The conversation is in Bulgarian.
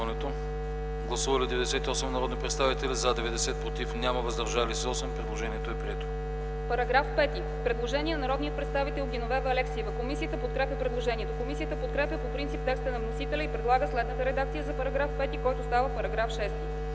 Параграф 6 –предложение на народния представител Геновева Алексиева. Комисията подкрепя предложението. Комисията подкрепя по принцип текста на вносителя и предлага следната редакция за § 6, който става § 7: „§ 7.